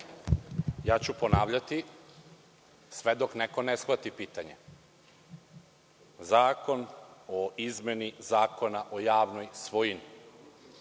Babić** Ponavljaću sve dok neko ne shvati pitanje. Zakon o izmeni zakona o javnoj svojini,